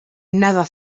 never